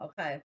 Okay